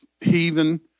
heathen